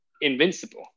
invincible